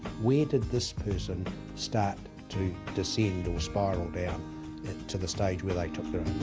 where did this person start to descend or spiral down to the stage where they took their